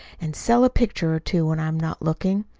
and sell a picture or two when i'm not looking.